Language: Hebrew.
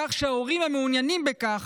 כך שההורים המעוניינים בכך,